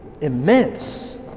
immense